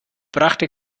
brachte